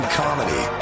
comedy